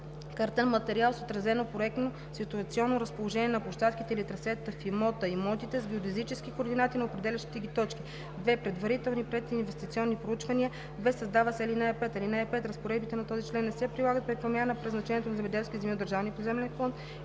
картен материал с отразено проектно ситуационно разположение на площадките или трасетата в имота/имотите с геодезически координати на определящите ги точки; 2. предварителни (прединвестиционни) проучвания.“; в) създава се ал. 5: „(5) Разпоредбите на този член не се прилагат при промяна на предназначението на земеделски земи от държавния поземлен фонд